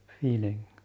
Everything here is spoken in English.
feeling